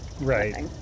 Right